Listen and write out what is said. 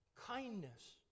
kindness